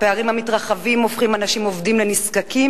הפערים המתרחבים הופכים אנשים עובדים לנזקקים